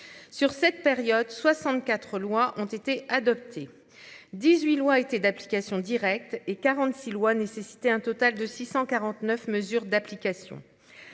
Sur cette période 64 lois ont été adoptées. 18, loi été d'application directe et 46 loi nécessité un total de 649 mesures d'application.